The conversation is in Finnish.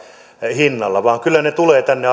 hinnalla vaan kyllä ne tulevat tänne